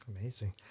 Amazing